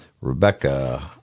Rebecca